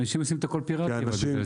אנשים עושים הכול פיראטי בגלל זה.